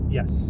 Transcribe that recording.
Yes